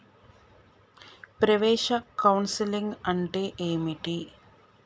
ప్రవేశ కౌన్సెలింగ్ అంటే ఏమిటి?